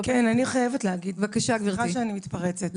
כן אני חייבת להגיד וסליחה שאני מתפרצת.